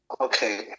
Okay